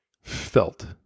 felt